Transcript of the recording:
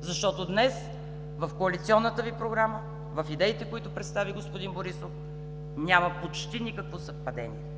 Защото днес в коалиционната Ви програма, в идеите, които представи господин Борисов, няма почти никакво съвпадение.